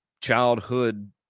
childhood